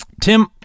tim